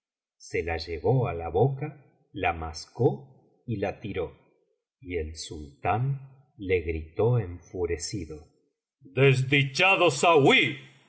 se la llevó a la boca la mascó y la tiró y el sultán le gritó enfurecido desdichado sauí